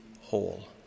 whole